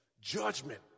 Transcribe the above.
Judgment